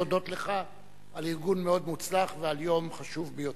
להודות לך על ארגון מאוד מוצלח ועל יום חשוב ביותר.